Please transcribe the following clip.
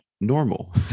normal